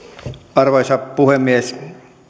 arvoisa puhemies